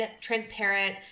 transparent